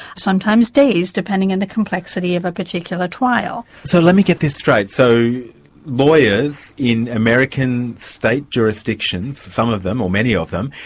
sometimes days, depending on and the complexity of a particular trial. so let me get this straight so lawyers in american state jurisdictions, some of them, or many of them,